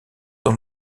dans